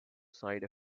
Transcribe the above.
side